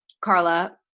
Carla